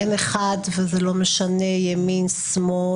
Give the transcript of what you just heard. אין אחד וזה לא משנה ימין-שמאל,